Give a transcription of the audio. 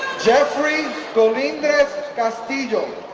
jeffrey colindres castillo.